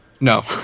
No